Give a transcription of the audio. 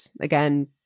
Again